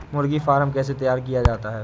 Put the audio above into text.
मुर्गी फार्म कैसे तैयार किया जाता है?